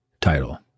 Title